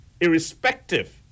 irrespective